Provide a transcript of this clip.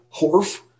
Horf